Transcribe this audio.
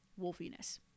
wolfiness